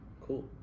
Cool